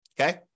Okay